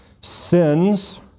sins